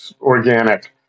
organic